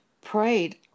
prayed